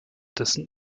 dessen